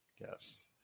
Yes